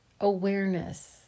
awareness